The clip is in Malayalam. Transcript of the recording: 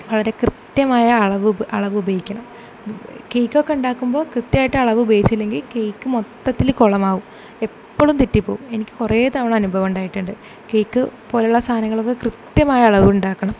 അവിടെ കൃത്യമായ അളവ് അളവ് ഉപയോഗിക്കണം കേക്കൊക്കെ ഉണ്ടാക്കുമ്പോൾ കൃത്യമായിട്ട് അളവ് ഉപയോഗിച്ചില്ലെങ്കിൽ കേക്ക് മൊത്തത്തിൽ കൊളമാവും എപ്പളും തെറ്റിപ്പോവും എനിക്ക് കുറെ തവണ അനുഭവൊണ്ടായിട്ടുണ്ട് കേക്ക് പോലുള്ള സാധനങ്ങൾക്ക് കൃത്യമായ അളവുണ്ടാക്കണം